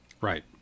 Right